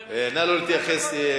אל תיקחי את זה באופן אישי.